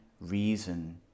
reason